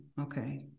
Okay